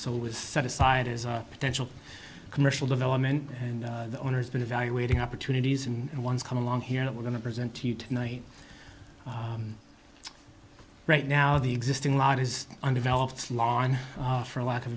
so was set aside as a potential commercial development and the owner's been evaluating opportunities and ones come along here that we're going to present to you tonight right now the existing lot is undeveloped lawn for lack of